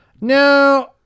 No